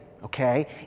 Okay